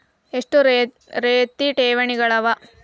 ಎಷ್ಟ ರೇತಿ ಠೇವಣಿಗಳ ಅವ?